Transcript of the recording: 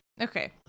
Okay